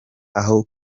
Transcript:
aho